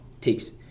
takes